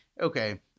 okay